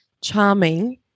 charming